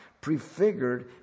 prefigured